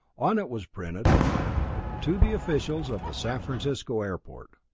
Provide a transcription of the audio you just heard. on it was printed to the officials of the san francisco airport